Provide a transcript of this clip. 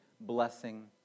blessing